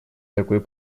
такой